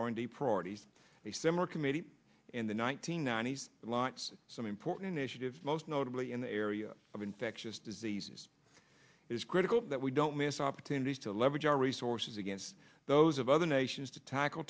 already priorities a similar committee in the one thousand nine hundred lots some important initiatives most notably in the area of infectious diseases is critical that we don't miss opportunities to leverage our resources against those of other nations to tackle